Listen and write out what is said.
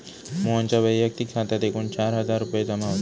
मोहनच्या वैयक्तिक खात्यात एकूण चार हजार रुपये जमा होते